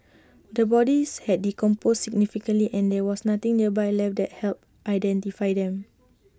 the bodies had decomposed significantly and there was nothing nearby left that helped identify them